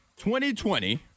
2020